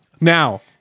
Now